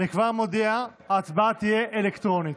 אני כבר מודיע: ההצבעה תהיה אלקטרונית.